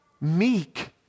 Meek